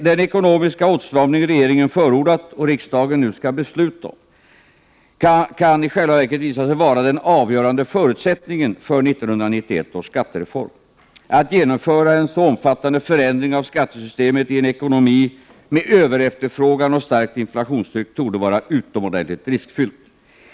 Den ekonomiska åtstramning som regeringen har förordat och riksdagen nu skall besluta om kan i själva verket visa sig vara den avgörande förutsättningen för 1991 års skattereform. Att genomföra en så omfattande förändring av skattesystemet i en ekonomi med överefterfrågan och starkt inflationstryck torde vara utomordentligt riskfyllt.